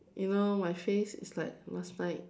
you know my face is like last night